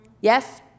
Yes